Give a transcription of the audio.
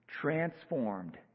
Transformed